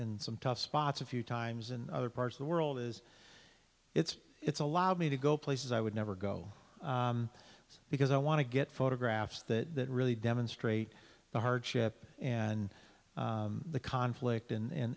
some tough spots a few times in other parts of the world is it's it's allowed me to go places i would never go because i want to get photographs that really demonstrate the hardship and the conflict